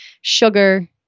sugar